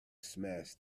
smash